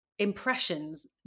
Impressions